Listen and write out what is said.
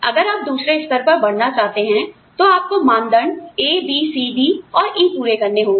अगर आप दूसरे स्तर पर बढ़ना चाहते हैं तो आपको मानदंड ABCD और E पूरे करने होंगे